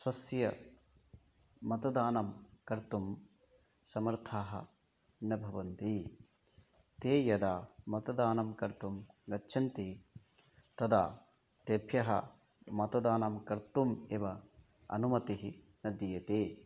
स्वस्य मतदानं कर्तुं समर्थाः न भवन्ति ते यदा मतदानं कर्तुं गच्छन्ति तदा तेभ्यः मतदानं कर्तुम् एव अनुमतिः न दीयते